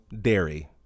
dairy